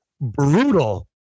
brutal